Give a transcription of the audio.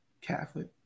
Catholic